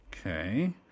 Okay